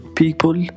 people